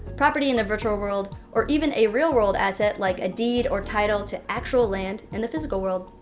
property in a virtual world, or even a real-world asset like a deed or title to actual land in the physical world.